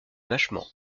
vachement